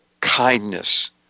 kindness